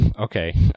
okay